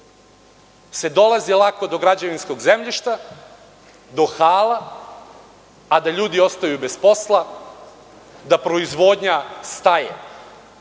dolazi lako do građevinskog zemljišta, do hala, a da ljudi ostaju bez posla, da proizvodnja staje.